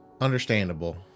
Understandable